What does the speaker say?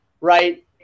right